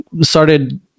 started